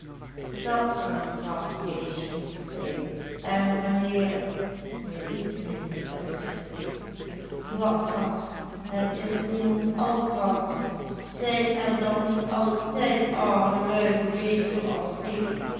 dat's wat kras keesje zei ik en wanneer hij liet mij niet uitspreken wat kras het is niemendal kras zijn er dan niet altijd armelui geweest zoo as ik